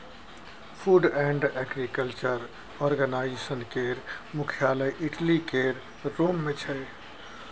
food and agriculture organisation केर मुख्यालय Italy केर रोम मे छै